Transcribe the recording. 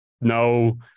no